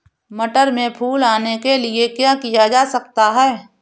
मटर में फूल आने के लिए क्या किया जा सकता है?